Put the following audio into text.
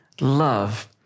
love